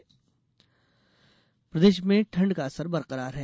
मौसम प्रदेश में ठंड का असर बरकरार है